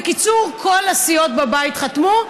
בקיצור, כל הסיעות בבית חתמו.